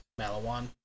Malawan